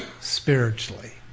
spiritually